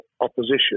opposition